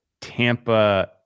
Tampa